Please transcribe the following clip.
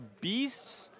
beasts